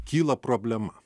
kyla problema